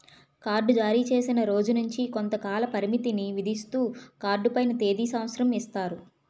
card జారీచేసిన రోజు నుంచి కొంతకాల పరిమితిని విధిస్తూ కార్డు పైన తేది సంవత్సరం ఇస్తారు